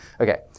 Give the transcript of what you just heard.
Okay